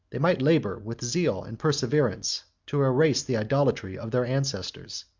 they might labor with zeal and perseverance to erase the idolatry of their ancestors.